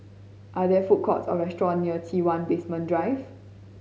are there food courts or restaurants near T One Basement Drive